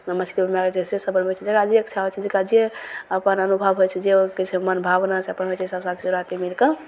अपन मछली बनबैके रहै छै से सब बनबै छै जकरा जे इच्छा होइ छै जकरा जे अपन अनुभव होइ छै जे ओ किछु मनभावना छै अपन होइ छै सभ साथी सोराथी मिलिके